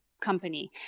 company